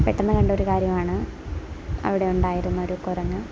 പെട്ടെന്ന് കണ്ട ഒരു കാര്യമാണ് അവിടെ ഉണ്ടായിരുന്ന ഒരു കുരങ്ങ്